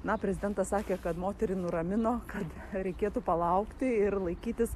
na prezidentas sakė kad moterį nuramino kad reikėtų palaukti ir laikytis